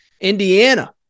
Indiana